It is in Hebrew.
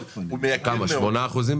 לא, הוא אומר לייתר את השימוש בו.